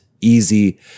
easy